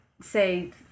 say